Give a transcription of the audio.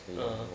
uh